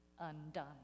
undone